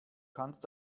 kannst